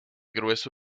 grueso